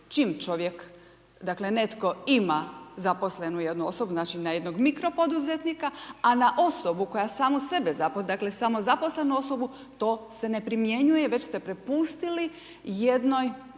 čim čovjek, dakle, netko ima zaposlenu jednu osobu, znači na jednoj mikropoduzetnika, a na osobu koja samu sebe zaposli, dakle, samozaposlenu osobu to se ne primjenjuje već ste prepustili jednoj